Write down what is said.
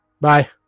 Bye